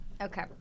Okay